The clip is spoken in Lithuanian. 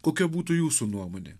kokia būtų jūsų nuomonė